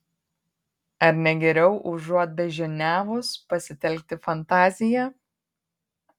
ar ne geriau užuot beždžioniavus pasitelkti fantaziją